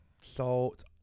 salt